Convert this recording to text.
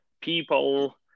people